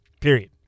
period